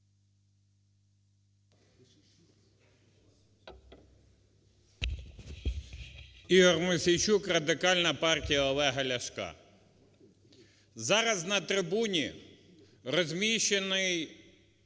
Ігор Мосійчук, Радикальна партія Олега Ляшка. Зараз на трибуні розміщено